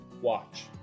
watch